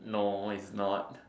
no it's not